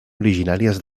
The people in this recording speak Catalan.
originàries